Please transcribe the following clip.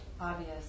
obvious